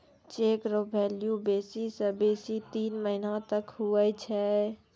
cheque रो भेल्यू बेसी से बेसी तीन महीना तक हुवै छै